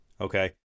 Okay